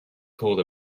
pulled